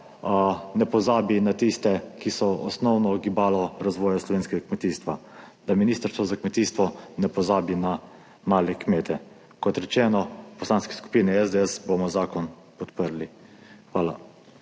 ne pozabi na tiste, ki so osnovno gibalo razvoja slovenskega kmetijstva, da Ministrstvo za kmetijstvo ne pozabi na male kmete. Kot rečeno, v Poslanski skupini SDS bomo zakon podprli. Hvala.